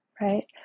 right